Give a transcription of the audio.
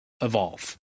evolve